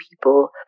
people